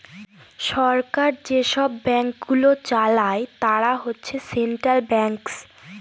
সরকার যেসব ব্যাঙ্কগুলো চালায় তারা হচ্ছে সেন্ট্রাল ব্যাঙ্কস